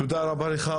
תודה רבה לך.